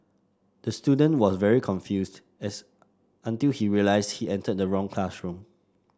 the student was very confused until he realised he entered the wrong classroom